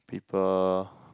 people